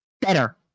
better